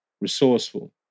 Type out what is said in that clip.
resourceful